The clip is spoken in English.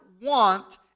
want